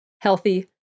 healthy